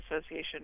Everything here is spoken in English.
Association